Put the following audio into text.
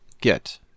get